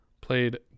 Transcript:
played